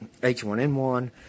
H1N1